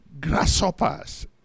grasshoppers